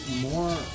more